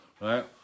right